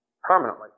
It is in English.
permanently